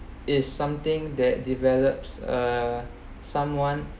is something that develops uh someone